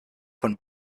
von